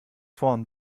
vorn